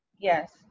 Yes